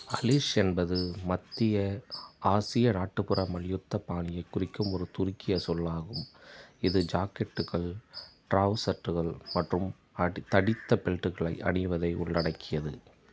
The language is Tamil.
அலிஷ் என்பது மத்திய ஆசிய நாட்டுப்புற மல்யுத்த பாணியைக் குறிக்கும் ஒரு துருக்கிய சொல்லாகும் இது ஜாக்கெட்டுகள் ட்ராவுசர்ட்டுகள் மற்றும் அடி தடித்த பெல்ட்டுகளை அணிவதை உள்ளடக்கியது